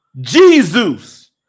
Jesus